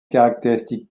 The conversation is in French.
caractéristiques